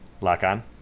Lock-on